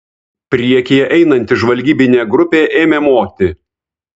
priekyje einanti žvalgybinė grupė ėmė moti